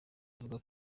avuga